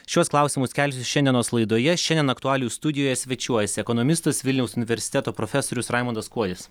šiuos klausimus kelsiu šiandienos laidoje šiandien aktualijų studijoje svečiuojasi ekonomistas vilniaus universiteto profesorius raimundas kuodis